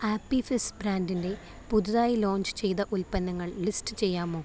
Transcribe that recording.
Appy Fizz ബ്രാൻഡിന്റെ പുതുതായി launch ചെയ്ത ഉൽപ്പന്നങ്ങൾ ലിസ്റ്റ് ചെയ്യാമോ